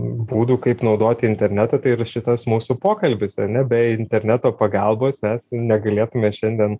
būdų kaip naudoti internetą tai yra šitas mūsų pokalbis ne be interneto pagalbos mes negalėtume šiandien